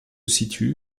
situe